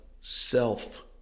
self